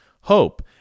hope